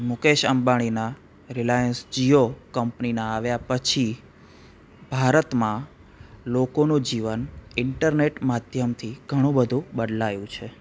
મુકેશ અંબાણીના રિલાઇન્સ જીઓ કંપનીના આવ્યા પછી ભારતમાં લોકોનું જીવન ઈન્ટરનેટ માધ્યમથી ઘણું બધું બદલાયું છે